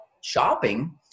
shopping